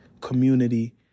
community